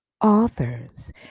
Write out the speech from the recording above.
authors